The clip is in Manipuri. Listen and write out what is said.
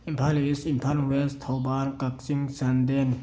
Imphal East Imphal West Thoubal Kakching Chandel